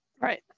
Right